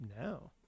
No